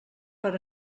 per